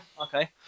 okay